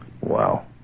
Wow